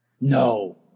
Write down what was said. No